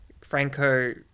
Franco